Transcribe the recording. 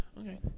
Okay